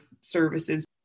services